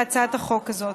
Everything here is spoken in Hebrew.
בהצעת החוק הזאת.